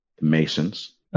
Masons